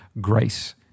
grace